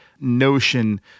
notion